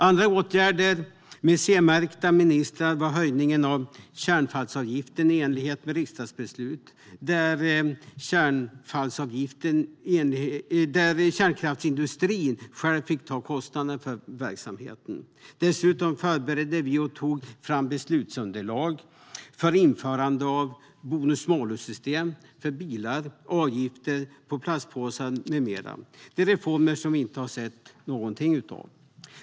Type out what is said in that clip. Andra åtgärder med C-märkta ministrar var höjningen av kärnavfallsavgiften i enlighet med riksdagsbeslut. Kärnkraftsindustrin fick själv ta kostnaden för verksamheten. Dessutom förberedde vi och tog fram beslutsunderlag för införande av bonus-malus-system för bilar, avgifter för plastpåsar med mera. Detta är reformer som vi inte sett någonting av.